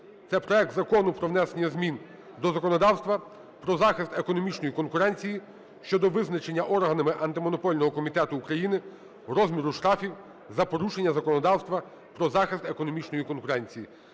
це проект Закону про внесення змін до законодавства про захист економічної конкуренції щодо визначення органами Антимонопольного комітету України розміру штрафів за порушення законодавства про захист економічної конкуренції.